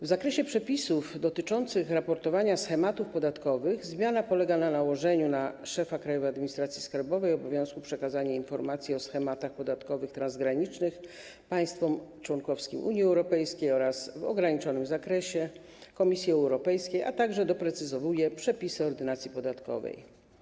W zakresie przepisów dotyczących raportowania schematów podatkowych zmiana polega na nałożeniu na szefa Krajowej Administracji Skarbowej obowiązku przekazania informacji o schematach podatkowych transgranicznych państwom członkowskim Unii Europejskiej oraz w ograniczonym zakresie Komisji Europejskiej, a także doprecyzowaniu przepisów Ordynacji podatkowej.